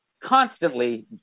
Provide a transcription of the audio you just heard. Constantly